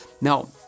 Now